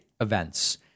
events